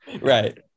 Right